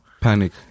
Panic